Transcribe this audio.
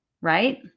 right